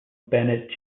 bennett